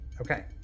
Okay